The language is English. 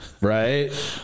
Right